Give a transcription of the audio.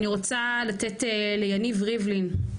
אני רוצה לתת ליניב ריבלין,